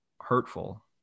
hurtful